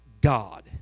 God